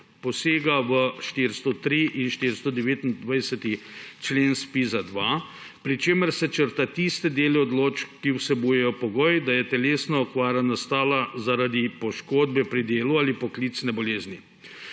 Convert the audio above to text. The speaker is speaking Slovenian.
posega v 403. in 429. člen ZPIZ-2, pri čemer se črta tiste dele odločb, ki vsebujejo pogoj, da je telesna okvara nastala zaradi poškodbe pri delu ali poklicne bolezni.